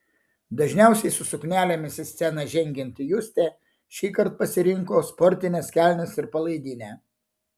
dažniausiai su suknelėmis į sceną žengianti justė šįkart pasirinko sportines kelnes ir palaidinę